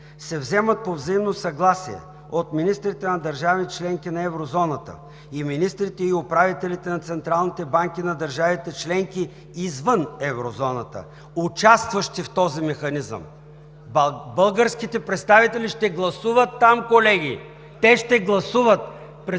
се вземат по взаимно съгласие от министрите на държави – членки на Еврозоната, министрите и управителите на централните банки на държавите членки извън Еврозоната, участващи в този механизъм...“ Българските представители ще гласуват там, колеги, те ще гласуват пред управителя